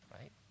right